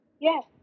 Yes